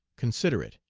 considerate,